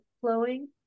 flowing